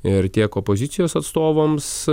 ir tiek opozicijos atstovams